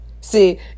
See